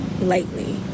lightly